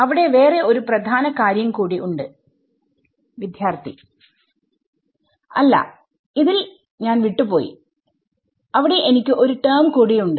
അവിടെ വേറെ ഒരു പ്രധാന കാര്യം കൂടി ഉണ്ട് അല്ല ൽഞാൻ വിട്ട് പോയി അവിടെ എനിക്ക് ഒരു ടെർമ് കൂടി ഉണ്ട്